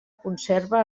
conserva